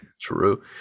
true